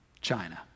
China